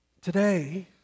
Today